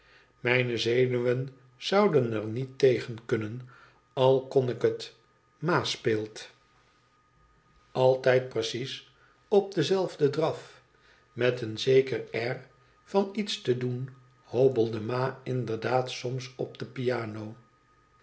mijne zenuwen zouden er niet tegen kunnen al kon ik het ma speelt altijd precies op denzelfden draf met een zeker air van iets te doen hobbelde f ma inderdaad soms op de piano